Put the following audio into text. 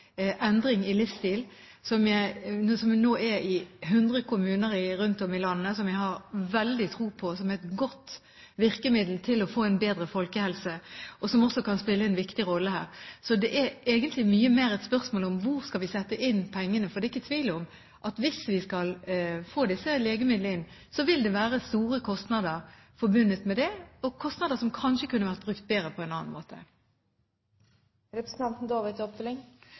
endring i livsstil, som nå er i 100 kommuner rundt om i landet, som jeg har veldig tro på som et godt virkemiddel for å få en bedre folkehelse, og som også kan spille en viktig rolle her. Dette er egentlig mye mer et spørsmål om hvor vi skal sette inn pengene, for det er ikke tvil om at hvis vi skal få disse legemidlene inn, vil det være store kostnader forbundet med det, kostnader som kanskje kunne ha vært brukt bedre på en annen